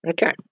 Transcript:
Okay